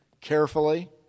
Carefully